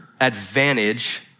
advantage